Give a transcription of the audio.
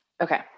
Okay